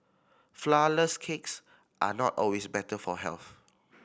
flourless cakes are not always better for health